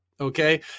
okay